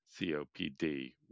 COPD